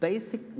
Basic